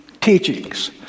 teachings